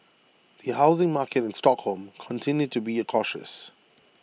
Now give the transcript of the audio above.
the housing market in Stockholm continued to be cautious